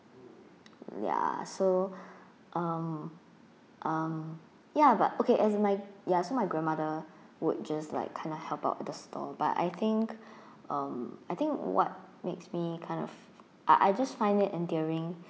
ya so um uh ya but okay as my ya so my grandmother would just like kind of help out with the store but I think um I think what makes me kind of I I just find it endearing